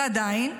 ועדיין,